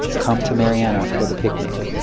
come to marianna for the picnic.